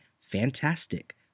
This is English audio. fantastic